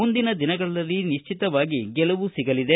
ಮುಂದಿನ ದಿನಗಳಲ್ಲಿ ನಿಶ್ಚಿತವಾಗಿ ಗೆಲುವು ಸಿಗಲಿದೆ